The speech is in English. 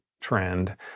trend